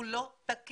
הוא לא תקין.